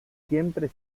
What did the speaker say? siempre